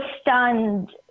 stunned